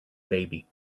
baby